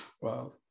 Wow